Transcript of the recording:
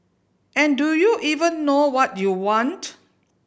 and do you even know what you want